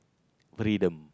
freedom